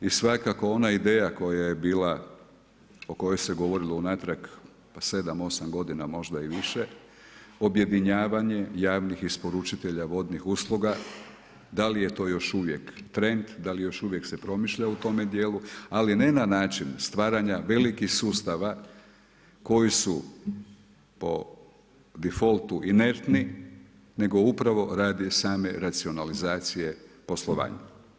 I svakako ona ideja koja je bila o kojoj se govorilo unatrag sedam, osam godina možda i više objedinjavanje javnih isporučitelja vodnih usluga, da li je to još uvijek trend da li još uvijek se promišlja u tome dijelu, ali ne na način stvaranja velikih sustava koji su po difoltu inertni nego upravo radi same racionalizacije poslovanja.